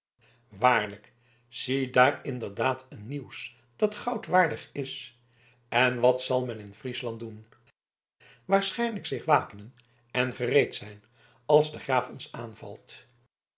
waarlijk ziedaar inderdaad een nieuws dat goud waardig is en wat zal men in friesland doen waarschijnlijk zich wapenen en gereed zijn als de graaf ons aanvalt